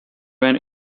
when